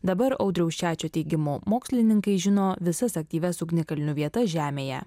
dabar audriaus čečio teigimu mokslininkai žino visas aktyvias ugnikalnių vietas žemėje